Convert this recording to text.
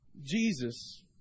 Jesus